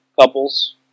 couples